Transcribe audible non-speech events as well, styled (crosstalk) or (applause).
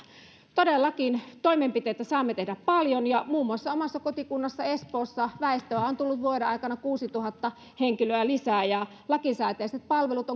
todellakin toimenpiteitä saamme tehdä paljon ja muun muassa omassa kotikunnassani espoossa väestöä on tullut vuoden aikana kuusituhatta henkilöä lisää ja kun lakisääteiset palvelut (unintelligible)